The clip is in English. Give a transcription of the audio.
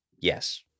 Yes